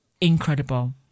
incredible